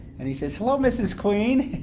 and he says, hello mrs. queen.